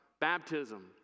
Baptism